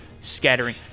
scattering